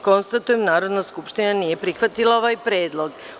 Konstatujem da Narodna skupština nije prihvatila ovaj predlog.